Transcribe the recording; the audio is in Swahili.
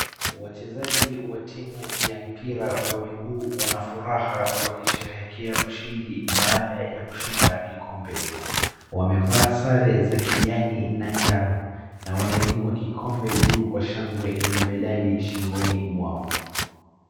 Wachezaji wa timu ya mpira wa miguu wanafuraha wakisherehekea ushindi baada ya kushinda kikombe. Wamevaa sare za kijani na jano na wanainua kikombe juu kwa shangwe na medali shingoni mwao.